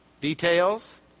details